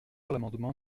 l’amendement